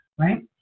right